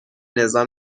نظام